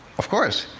of course,